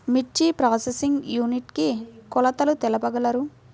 మిర్చి processing unit కి కొలతలు తెలుపగలరు?